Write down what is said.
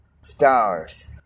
stars